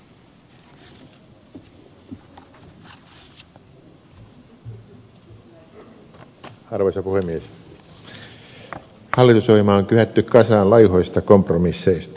hallitusohjelma on kyhätty kasaan laihoista kompromisseista